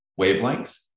wavelengths